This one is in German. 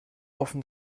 offen